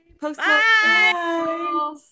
Bye